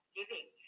giving